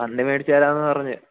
പന്തു മേടിച്ചു തരാമെന്നു പറഞ്ഞു